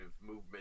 movement